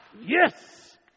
Yes